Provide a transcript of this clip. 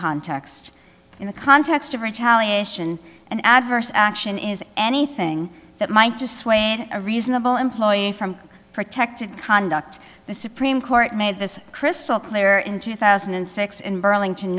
context in the context of retaliation an adverse action is anything that might just swayed a reasonable employee from protected conduct the supreme court made this crystal clear in two thousand and six in burlington